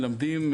מלמדים,